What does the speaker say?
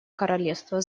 королевства